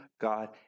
God